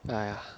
!aiya!